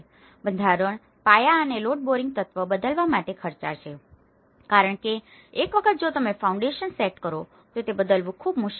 બંધારણ પાયા અને લોડ બેરિંગ તત્વ બદલવા માટે ખર્ચાળ છે કારણ કે એક વખત જો તમે ફાઉન્ડેશન સેટ કરો છો તો તે બદલવું ખૂબ મુશ્કેલ છે